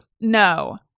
No